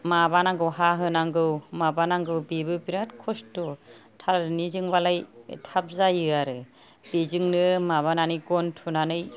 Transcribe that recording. माबानांगौ हाहोनांगौ माबानांगौ बेबो बिराद खस्थ' थालिरनिजोंबालाय थाब जायो आरो बेजोंनो माबानानै गन थुनानै जावनानै